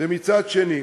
ומצד שני,